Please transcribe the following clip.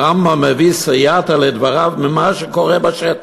הרמב"ם מביא סייעתא לדבריו ממה שקורה בשטח.